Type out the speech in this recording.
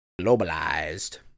globalized